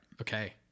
Okay